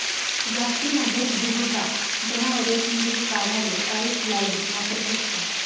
जास्तीना दूधदुभता जनावरेस्नं दूध काढाले पाइपलाइन वापरतंस का?